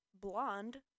blonde